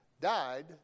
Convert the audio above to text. died